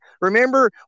Remember